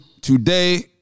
today